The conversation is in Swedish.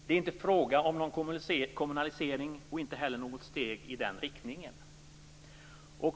Det är inte fråga om någon kommunalisering och inte heller något steg i den riktningen.